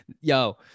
yo